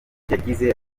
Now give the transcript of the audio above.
yagize